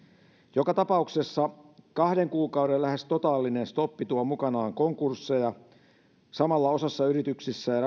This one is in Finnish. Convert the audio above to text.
joka tapauksessa kahden kuukauden lähes totaalinen stoppi tuo mukanaan konkursseja samalla osassa yrityksiä ja